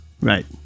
Right